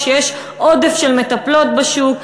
כשיש עודף של מטפלות בשוק.